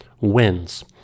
wins